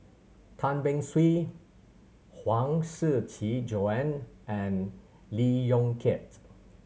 Tan Beng Swee Huang Shiqi Joan and Lee Yong Kiat